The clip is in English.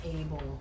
able